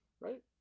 right